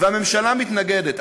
והממשלה מתנגדת.